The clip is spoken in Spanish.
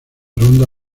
ronda